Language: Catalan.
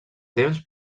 temps